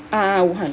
ah ah wuhan